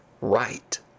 right